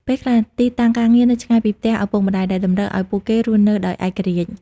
ពេលខ្លះ ទីតាំងការងារនៅឆ្ងាយពីផ្ទះឪពុកម្តាយ ដែលតម្រូវឱ្យពួកគេរស់នៅដោយឯករាជ្យ។